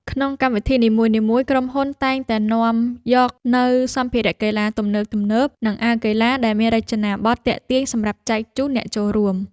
ក្នុងកម្មវិធីនីមួយៗ ក្រុមហ៊ុនតែងតែនាំយកនូវសម្ភារៈកីឡាទំនើបៗ និងអាវកីឡាដែលមានរចនាបថទាក់ទាញសម្រាប់ចែកជូនអ្នកចូលរួម។